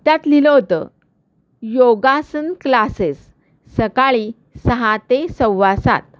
त्यात लिहिलं होतं योगासन क्लासेस सकाळी सहा ते सव्वासात